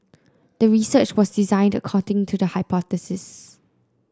the research was designed according to the hypothesis